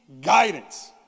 guidance